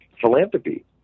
philanthropy